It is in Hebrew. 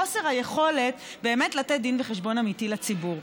חוסר היכולת באמת לתת דין וחשבון אמיתי לציבור.